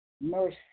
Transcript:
mercy